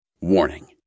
Warning